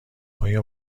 آیا